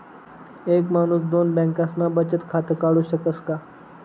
एक माणूस दोन बँकास्मा बचत खातं काढु शकस का?